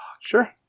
Sure